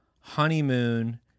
honeymoon